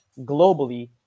globally